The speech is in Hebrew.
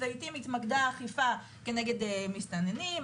לעיתים התמקדה האכיפה כנגד מסתננים,